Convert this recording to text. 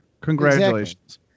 congratulations